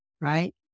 Right